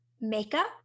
makeup